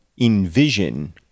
envision